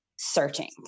searching